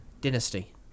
dynasty